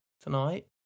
tonight